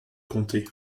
comté